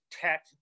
tech